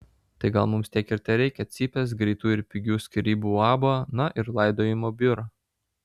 tai gal mums tiek ir tereikia cypės greitų ir pigių skyrybų uabo na ir laidojimo biuro